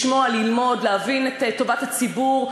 לשמוע, ללמוד, להבין את טובת הציבור.